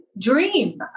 dream